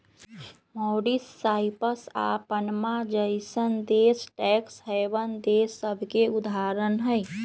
Mauritius, Cyprus आऽ Panama जइसन्न देश टैक्स हैवन देश सभके उदाहरण हइ